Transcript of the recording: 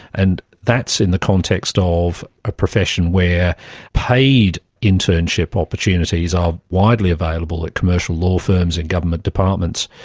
and that's in the context ah of a profession where paid internship opportunities are widely available at commercial law firms and government departments.